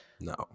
no